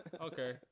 Okay